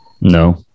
no